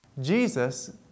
Jesus